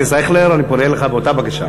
אייכלר, אני פונה אליך באותה בקשה